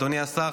אדוני השר,